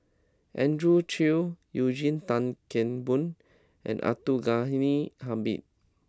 Andrew Chew Eugene Tan Kheng Boon and Abdul Ghani Hamid